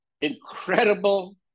incredible